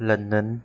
London